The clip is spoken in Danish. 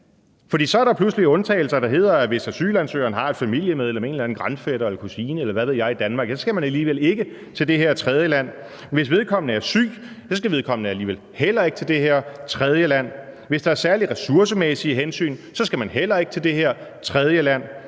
for så er der pludselig undtagelser, der hedder, at hvis asylansøgeren har et familiemedlem – en eller anden grandfætter eller kusine eller hvad ved jeg i Danmark – så skal vedkommende alligevel ikke til det her tredjeland. Hvis vedkommende er syg, skal vedkommende alligevel heller ikke til det her tredjeland. Hvis der er særlige ressourcemæssige hensyn, skal man heller ikke til det her tredjeland.